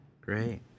Great